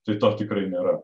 tai to tikrai nėra